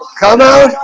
come on